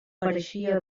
pareixia